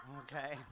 Okay